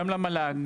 גם למל"ג,